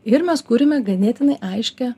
ir mes kuriame ganėtinai aiškią